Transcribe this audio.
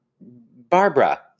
Barbara